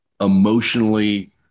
emotionally